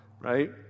right